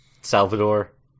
Salvador